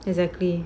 exactly